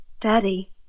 Daddy